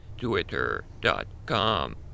twitter.com